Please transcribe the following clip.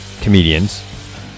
comedians